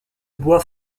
bois